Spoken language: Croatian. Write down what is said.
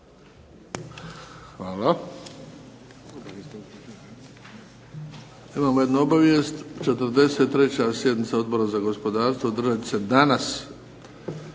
Hvala. Imamo jednu obavijest. 43. sjednica Odbora za gospodarstvo održat će se danas